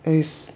is